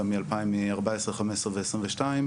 גם מ-2014-15 ו-22.